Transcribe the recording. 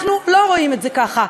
אנחנו לא רואים את זה ככה.